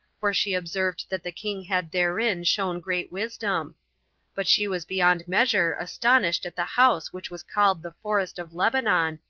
for she observed that the king had therein shown great wisdom but she was beyond measure astonished at the house which was called the forest of lebanon,